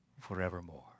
forevermore